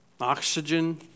Oxygen